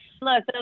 Look